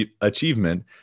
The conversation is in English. achievement